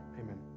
amen